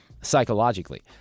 psychologically